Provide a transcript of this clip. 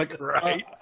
right